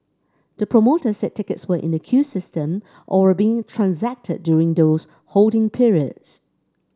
the promoter said tickets were in the queue system or were being transacted during those holding periods